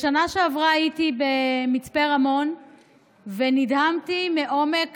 בשנה שעברה הייתי במצפה רמון ונדהמתי מעומק